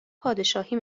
پادشاهی